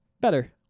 better